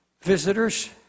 Visitors